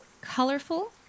colorful